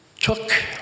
took